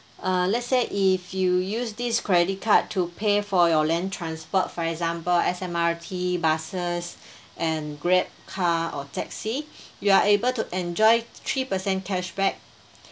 uh let's say if you use this credit card to pay for your land transport for example S_M_R_T buses and grabcar or taxi you are able to enjoy three percent cashback